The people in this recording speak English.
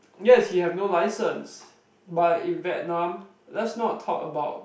yes he have no license but in Vietnam let's not talk about